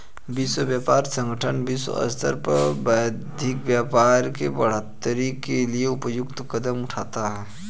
विश्व व्यापार संगठन विश्व स्तर पर वैश्विक व्यापार के बढ़ोतरी के लिए उपयुक्त कदम उठाता है